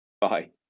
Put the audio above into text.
Bye